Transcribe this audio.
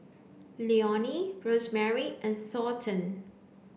Leonie Rosemary and Thornton